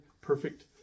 perfect